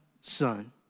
son